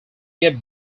yet